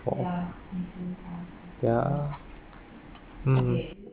oh ya mm